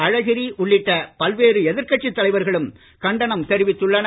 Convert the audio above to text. அழகிரி உள்ளிட்ட பல்வேறு எதிர்கட்சி தலைவர்களும் கண்டனம் தெரிவித்துள்ளனர்